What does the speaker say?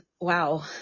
wow